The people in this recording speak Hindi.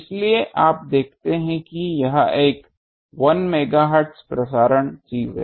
इसलिए आप देखते हैं कि यह एक 1MHz प्रसारण चीज है